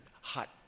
hot